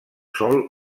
sol